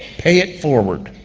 pay it forward.